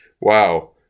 wow